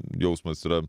jausmas yra